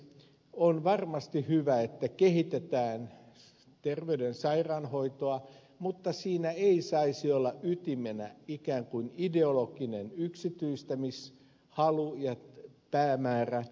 on varmasti hyvä että kehitetään terveyden ja sairaanhoitoa mutta siinä ei saisi olla ytimenä ikään kuin ideologinen yksityistämishalu ja päämäärä